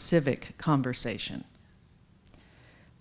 civic conversation